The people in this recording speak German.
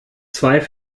zwei